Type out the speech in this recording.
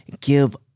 give